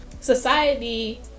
Society